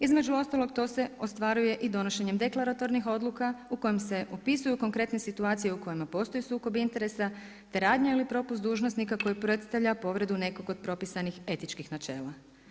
Između ostalog to se ostvaruje i donošenjem deklaratornih odluka u kojem se opisuju konkretne situacije u kojima postoji sukob interesa te radnja ili propust dužnosnika koji predstavlja povredu nekog od propisanih etičkih načela.